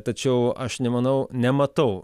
tačiau aš nemanau nematau